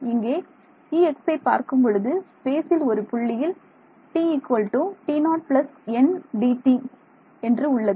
இங்கே Ex பார்க்கும்பொழுது ஸ்பேசில் ஒரு புள்ளியில் t t0 nΔt என்று உள்ளது